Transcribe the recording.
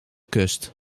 kust